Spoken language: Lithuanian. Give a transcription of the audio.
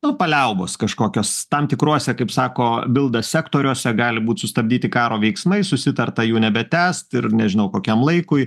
nu paliaubos kažkokios tam tikruose kaip sako bilda sektoriuose gali būt sustabdyti karo veiksmai susitarta jų nebetęst ir nežinau kokiam laikui